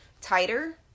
tighter